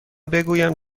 بگویم